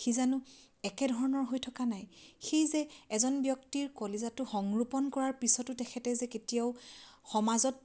সি জানো একেধৰণৰ হৈ থকা নাই সেই যে এজন ব্যক্তিৰ কলিজাটো সংৰোপণ কৰাৰ পিছতো তেখেতে যে কেতিয়াও সমাজত